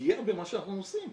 פגיעה במה שאנחנו עושים.